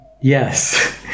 Yes